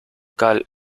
cal